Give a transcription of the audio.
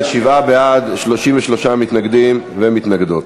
שבעה בעד, 33 מתנגדים ומתנגדות.